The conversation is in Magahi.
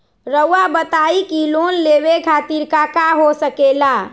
रउआ बताई की लोन लेवे खातिर काका हो सके ला?